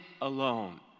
alone